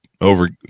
over